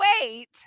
wait